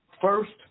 first